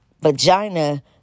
vagina